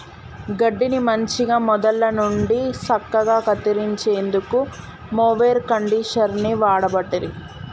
గడ్డిని మంచిగ మొదళ్ళ నుండి సక్కగా కత్తిరించేందుకు మొవెర్ కండీషనర్ని వాడబట్టిరి